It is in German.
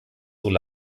herrn